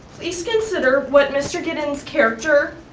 please consider what mr. gittens character,